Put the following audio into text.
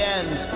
end